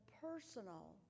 personal